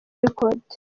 records